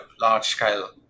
large-scale